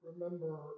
Remember